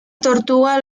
tortuga